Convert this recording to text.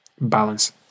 balance